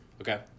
Okay